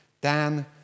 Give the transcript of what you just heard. Dan